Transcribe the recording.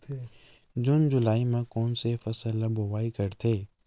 जून जुलाई म कोन कौन से फसल ल बोआई करथे?